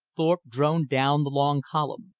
thorpe droned down the long column.